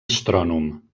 astrònom